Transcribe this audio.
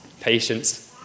patience